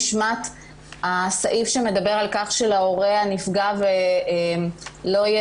נשמט הסעיף שמדבר על כך שלהורה הנפגע לא יהיה